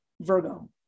Virgo